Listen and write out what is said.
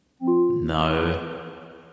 No